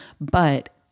But-